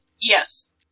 Yes